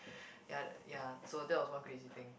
ya ya so that was one crazy thing